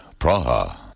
Praha